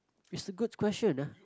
it's a good question ah